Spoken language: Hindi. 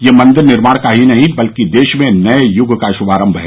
यह मदिर निर्माण का ही नहीं बल्कि देश में नए यूग का श्मारम है